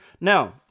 now